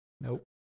nope